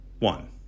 One